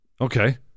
Okay